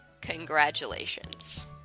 congratulations